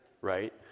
right